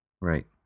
Right